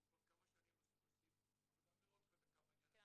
אנחנו כבר כמה שנים עושים עבודה מאוד חזקה בעניין --- אתם